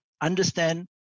Understand